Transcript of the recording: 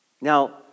Now